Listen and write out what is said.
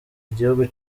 igihugu